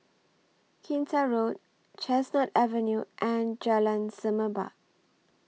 Kinta Road Chestnut Avenue and Jalan Semerbak